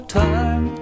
time